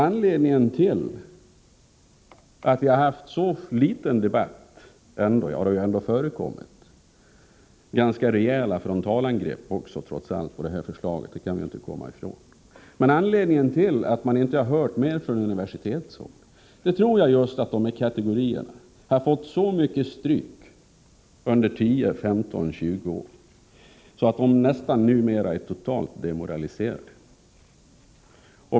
Anledningen till att vi haft så litet av debatt och inte hört mer från universitetshåll — även om det förekommit ganska rejäla frontalangrepp på det här förslaget, det går inte att komma ifrån — tror jag är att just dessa kategorier har fått så mycket stryk under 10-20 år att de numera nästan är totalt demoraliserade.